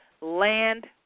land